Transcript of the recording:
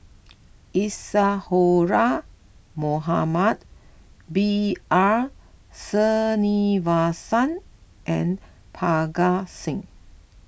Isadhora Mohamed B R Sreenivasan and Parga Singh